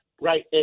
right